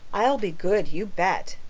i'll be good, you bet.